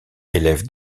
élève